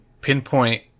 pinpoint